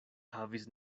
havis